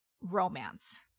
romance